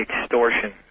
extortion